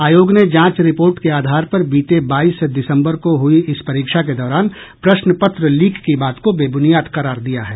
आयोग ने जांच रिपोर्ट के आधार पर बीते बाईस दिसंबर को हुई इस परीक्षा के दौरान प्रश्नपत्र लीक की बात को बेबुनियाद करार दिया है